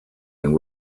and